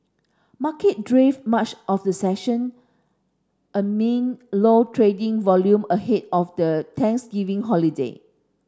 market drifted much of the session amid low trading volume ahead of the Thanksgiving holiday